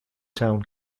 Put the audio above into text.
town